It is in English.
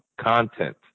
content